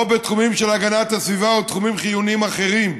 בתחומים של הגנת הסביבה או תחומים חיוניים אחרים,